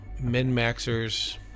min-maxers